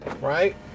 right